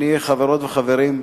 חברות וחברים,